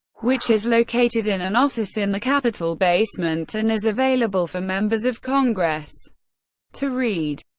which is located in an office in the capitol basement and is available for members of congress to read.